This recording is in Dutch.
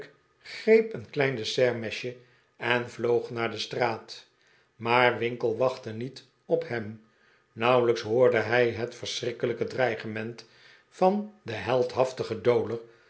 greep een klein dessertmesje en vloog naar de straat maar winkle wachtte niet op hem nauwelijks hoorde hij het verschrikkelijke dreigement van den heldhaftigen dowler